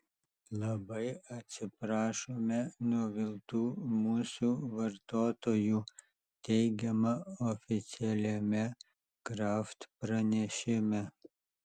labai atsiprašome nuviltų mūsų vartotojų teigiama oficialiame kraft pranešime